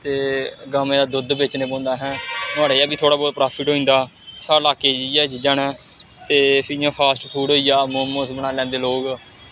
ते गवें दा दुद्ध बेचने पौंदा असें नोहाड़ै चा बी थोह्ड़ा बौह्त पराफिट्ट होई जंदा साढ़े लाह्के च इ'यै चीजां न ते इ'यां फास्ट फूड़ होई गेआ मोमोस बनाई लैंदे लोक